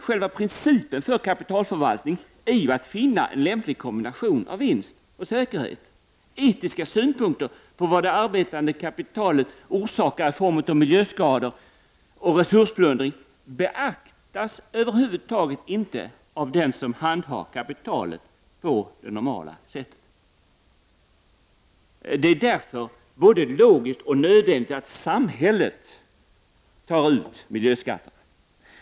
Själva principen för kapitalförvaltning är ju att finna en lämplig kombination av vinst och säkerhet. Etiska synpunkter på vad det arbetande kapitalet orsakar i form av miljöskador och resursplundring beaktas över huvud taget inte på ett normalt sätt av dem som handhar kapitalet. Det är därför både logiskt och nödvändigt att samhället tar ut miljöskatter.